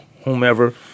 whomever